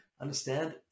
understand